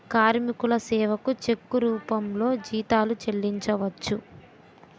కార్మికుల సేవకు చెక్కు రూపంలో జీతాలు చెల్లించవచ్చు